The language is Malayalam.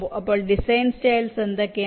അപ്പോൾ ഡിസൈൻ സ്റ്റൈൽസ് എന്തൊക്കെയാണ്